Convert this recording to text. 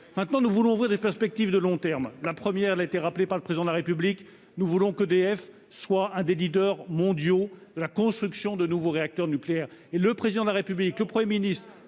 Maintenant, nous voulons ouvrir des perspectives de long terme. La première a été rappelée par le Président de la République : nous entendons faire d'EDF un des leaders mondiaux de la construction de nouveaux réacteurs nucléaires. Il est temps ! Le Président de la République, le Premier ministre,